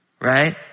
Right